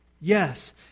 Yes